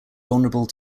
vulnerable